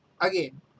again